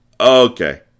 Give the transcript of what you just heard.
Okay